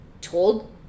told